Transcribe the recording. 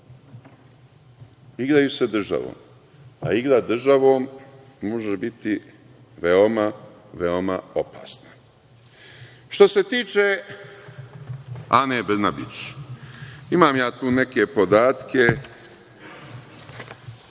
igraju državom. A, igra državom može biti veoma, veoma opasna. Što se tiče Ane Brnabić, imam ja tu neke podatke